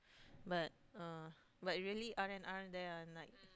but uh but really R-and-R there ah like